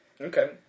Okay